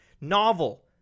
novel